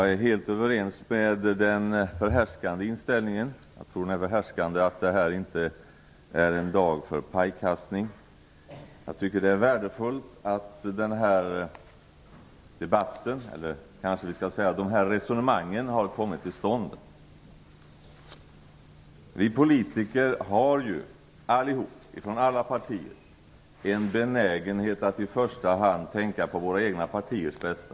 Fru talman! Jag delar helt den förhärskande inställningen att det inte är en dag för pajkastning. Det är värdefullt att de här resonemangen har kommit till stånd. Vi politiker, från alla partier, har en benägenhet att i första hand tänka på våra egna partiers bästa.